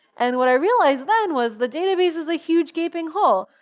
and what i realized then was the database is a huge gaping hole.